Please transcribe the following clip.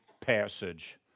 passage